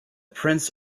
prince